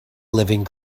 living